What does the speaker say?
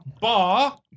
bar